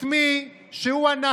אתמול בבית שלו את מי שהוא הנהג